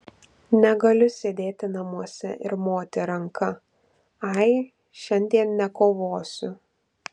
negaliu sėdėti namuose ir moti ranka ai šiandien nekovosiu